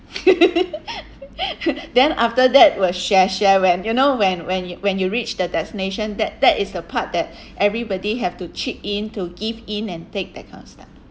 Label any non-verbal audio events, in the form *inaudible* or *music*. *laughs* then after that we'll share share when you know when when you when you reach the destination that that is the part that everybody have to chip in to give in and take that kind of stuff